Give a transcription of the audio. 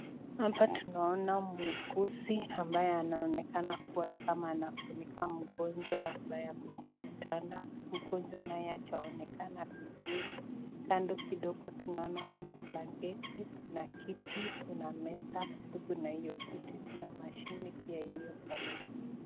Hapa tunaona muuguzi ambaye anaonekana kuwa anafunika mgonjwa ambaye ako kwa kitanda mgonjwa naye hajaonekana vizuri kando kidogo tunaona kuna blanketi na kiti kuna meza karibu na hiyo kiti kuna machine pia iliyo kwa meza